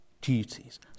duties